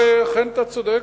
אכן אתה צודק,